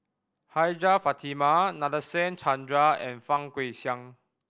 Hajjah Fatimah Nadasen Chandra and Fang Guixiang